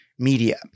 Media